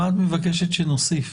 מה את מבקשת שנוסיף?